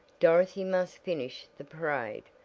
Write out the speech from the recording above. dorothy must finish the parade,